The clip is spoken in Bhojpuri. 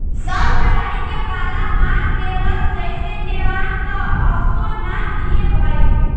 सब कराई के पाला मार देहलस जईसे नेवान त असो ना हीए भईल